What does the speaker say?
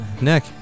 Nick